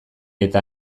eta